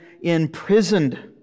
imprisoned